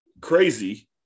crazy